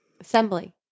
Assembly